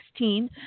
2016